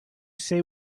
say